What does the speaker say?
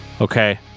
okay